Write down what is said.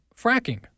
fracking